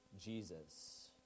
Jesus